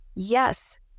Yes